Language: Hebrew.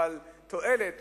אבל תועלת